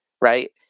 right